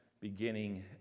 beginning